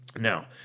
Now